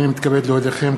הנני מתכבד להודיעכם,